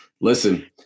Listen